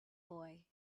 boy